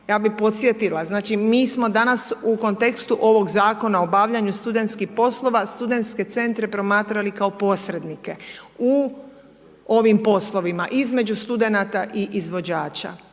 Ja bi podsjetila, znači mi smo danas u kontekstu ovog zakona o obavljaju studentskih poslova studentske centre promatrali kao posrednike u ovim poslovima, između studenata i izvođača,